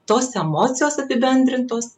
tos emocijos apibendrintos